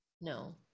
no